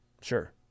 Sure